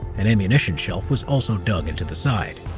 an ammunition shelf was also dug into the side,